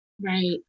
Right